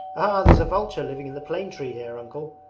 there's a vulture living in the plane tree here, uncle.